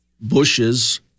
bushes